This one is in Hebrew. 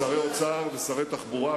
שרי אוצר ושרי תחבורה,